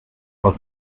aus